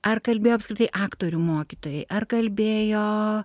ar kalbėjo apskritai aktorių mokytojai ar kalbėjo